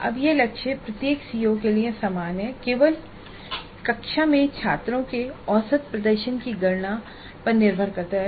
अब यह लक्ष्य प्रत्येक सीओ के लिए समान है और यह केवल कक्षा में छात्रों के औसत प्रदर्शन की गणना पर निर्भर करता है